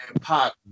Pop